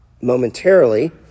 momentarily